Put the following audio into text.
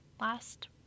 last